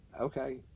Okay